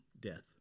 death